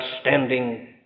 standing